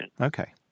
Okay